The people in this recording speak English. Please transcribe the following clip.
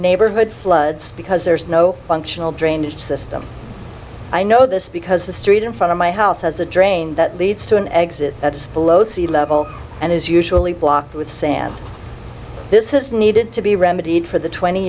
neighborhood floods because there's no functional drainage system i know this because the street in front of my house has a drain that leads to an exit that's below sea level and is usually blocked with sand this is needed to be remedied for the twenty